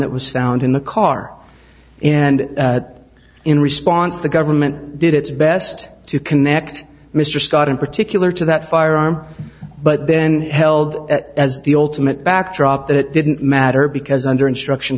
that was found in the car and that in response the government did its best to connect mr scott in particular to that firearm but then held as the ultimate backdrop that it didn't matter because under instruction